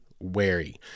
wary